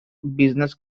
business